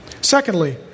Secondly